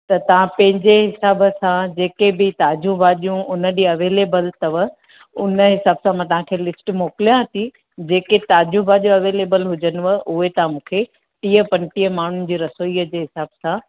त तां पैंजे हिसाबु सां जेके बि ताज़ियूं भाॼियूं उन ॾींह अवैलेबल तव उन हिसाबु सां मां तांखे लिस्ट मोकिलियां ती जेके ताज़ी भाॼियूं अवेलेबल हुजनव उए ताम मुखे टीह पंटीह माण्हुनि जी रसोईअ जे हिसाबु सां